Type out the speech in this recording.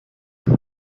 tack